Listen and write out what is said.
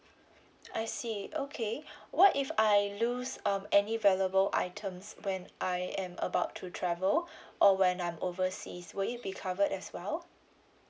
I see okay what if I lose um any valuable items when I am about to travel or when I'm overseas will it be covered as well